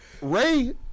Ray